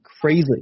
crazy